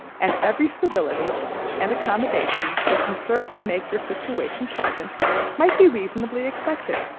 and every civility and accommodation that can serve to make your situation pleasant might be reasonably expected.